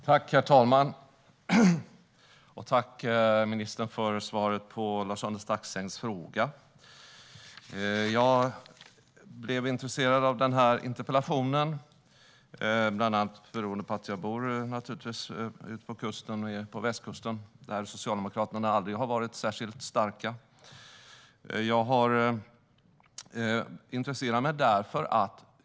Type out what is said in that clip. Herr talman! Tack, ministern, för svaret på Lars-Arne Staxängs fråga! Jag blev intresserad av interpellationen bland annat på grund av att jag bor på västkusten, där Socialdemokraterna aldrig har varit särskilt starka.